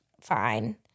fine